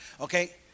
Okay